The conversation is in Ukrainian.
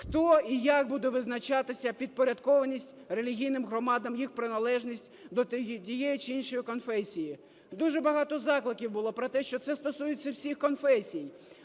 хто і як буде визначатися, підпорядкованість релігійним громадам, їх приналежність до тієї чи іншої конфесії. Дуже багато закликів було про те, що це стосується всіх конфесій.